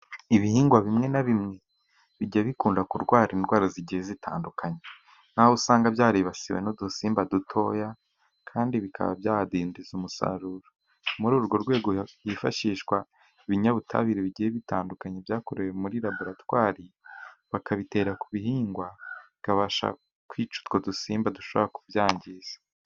Ibihingwa bimwe na bimwe bijya bikunda kurwara indwara zigiye zitandukanye, nkaho usanga byaribasiwe n'udusimba dutoya kandi bikaba byadindiza umusaruro. Muri urwo rwego hifashishwa ibinyabutabire bigiye bitandukanye, byakorewe muri laboratwari bakabitera ku bihingwa, bikabasha kwica utwo dusimba dushobora kubyangiza.